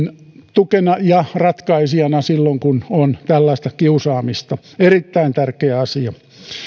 tukena ja ratkaisijana silloin kun on tällaista kiusaamista erittäin tärkeä asia